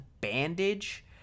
bandage